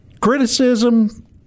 criticism